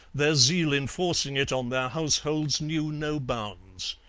their zeal in forcing it on their households knew no bounds.